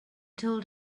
told